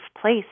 place